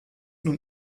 nun